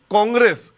Congress